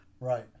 Right